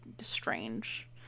strange